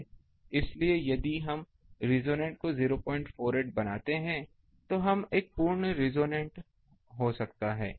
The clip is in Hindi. इसलिए यदि हम रेसोनेन्ट को 048 बनाते हैं तो हम एक पूर्ण रेसोनेन्ट हो सकता हैं